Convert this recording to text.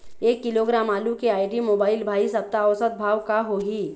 एक किलोग्राम आलू के आईडी, मोबाइल, भाई सप्ता औसत भाव का होही?